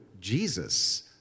jesus